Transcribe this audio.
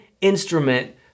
instrument